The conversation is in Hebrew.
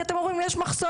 כי אתם אומרים יש מחסור,